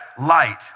light